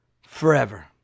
forever